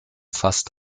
fast